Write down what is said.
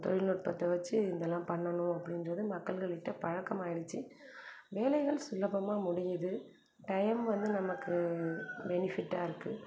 தொழில்நுட்பத்தை வச்சு இதெல்லாம் பண்ணனும் அப்படின்றது மக்கள்கள் கிட்ட பழக்கமாகிடுச்சி வேலைகள் சுலபமாக முடியுது டைம் வந்து நமக்கு பெனிஃபிட்டாக இருக்குது